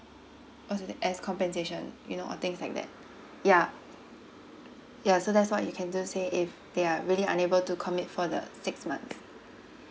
what is it as compensation you know or things like that yeah ya so that's why you can just say if they are really unable to commit for the six month